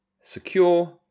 Secure